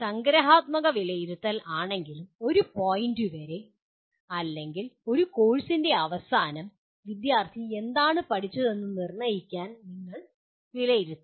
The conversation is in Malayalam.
സംഗ്രഹാത്മക വിലയിരുത്തൽ ആണെങ്കിലും ഒരു പോയിൻ്റ് വരെ അല്ലെങ്കിൽ ഒരു കോഴ്സിൻ്റെ അവസാനം വിദ്യാർത്ഥി എന്താണ് പഠിച്ചതെന്ന് നിർണ്ണയിക്കാൻ നിങ്ങൾ വിലയിരുത്തുന്നു